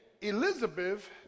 Elizabeth